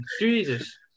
Jesus